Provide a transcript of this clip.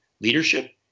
leadership